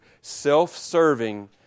self-serving